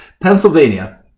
Pennsylvania